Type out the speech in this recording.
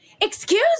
Excuse